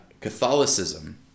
Catholicism